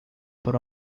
para